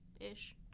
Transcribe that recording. ish